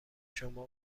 شما